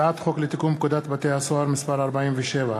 הצעת חוק לתיקון פקודת בתי-הסוהר (מס' 47),